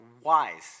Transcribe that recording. wise